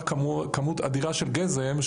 בית חולים איתנים?